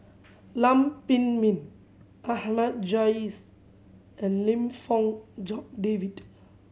Lam Pin Min Jais and Lim Fong Jock David